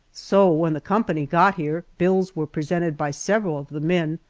so, when the company got here, bills were presented by several of the men,